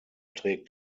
trägt